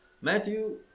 Matthew